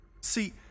See